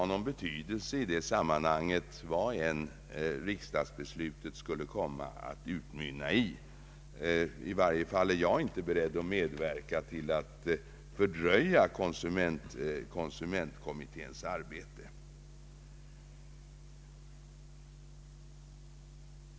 Jag tror inte att det i detta sammanhang har någon betydelse vad riksdagsbeslutet än skulle komma att utmynna i; i varje fall är inte jag beredd att medverka till en fördröjning av konsumentutredningens arbete.